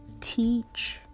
teach